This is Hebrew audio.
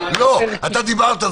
אתה דיברת,